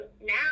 now